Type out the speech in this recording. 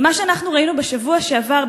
ומה שאנחנו ראינו בשבוע שעבר,